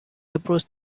approached